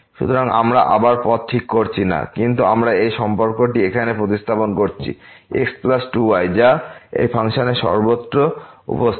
সুতরাং আমরা আবার পথ ঠিক করছি না কিন্তু আমরা এই সম্পর্কটি এখানে প্রতিস্থাপন করেছি x প্লাস 2 y যা এই ফাংশনের সর্বত্র উপস্থিত